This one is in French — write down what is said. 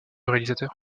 réalisateur